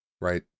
right